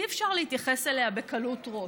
אי-אפשר להתייחס אליה בקלות ראש.